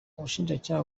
ubushinjacyaha